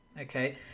Okay